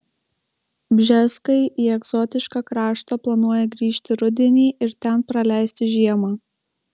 bžeskai į egzotišką kraštą planuoja grįžti rudenį ir ten praleisti žiemą